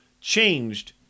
changed